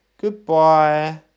Goodbye